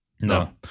No